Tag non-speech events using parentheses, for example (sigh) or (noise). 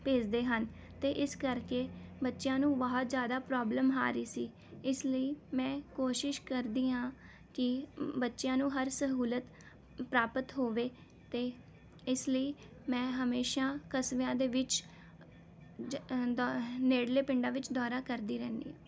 ਭੇਜਦੇ ਹਨ ਅਤੇ ਇਸ ਕਰਕੇ ਬੱਚਿਆਂ ਨੂੰ ਬਹੁਤ ਜ਼ਿਆਦਾ ਪ੍ਰੋਬਲਮ ਆ ਰਹੀ ਸੀ ਇਸ ਲਈ ਮੈਂ ਕੋਸ਼ਿਸ਼ ਕਰਦੀ ਹਾਂ ਕਿ ਬੱਚਿਆਂ ਨੂੰ ਹਰ ਸਹੂਲਤ ਪ੍ਰਾਪਤ ਹੋਵੇ ਅਤੇ ਇਸ ਲਈ ਮੈਂ ਹਮੇਸ਼ਾ ਕਸਬਿਆਂ ਦੇ ਵਿੱਚ (unintelligible) ਨੇੜਲੇ ਪਿੰਡਾਂ ਵਿੱਚ ਦੌਰਾ ਕਰਦੀ ਰਹਿੰਦੀ ਹਾਂ